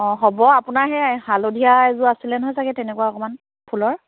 অ হ'ব আপোনাৰ সেই হালধীয়া এযোৰ আছিলে নহয় চাগৈ তেনেকুৱা অকণমান ফুলৰ